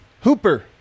Hooper